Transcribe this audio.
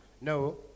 No